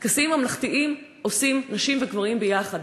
טקסים ממלכתיים עושים נשים וגברים ביחד.